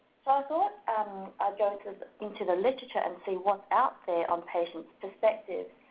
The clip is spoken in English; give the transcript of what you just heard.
so i thought i'd go into the literature, and see what's out there on patient perspectives,